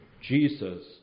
Jesus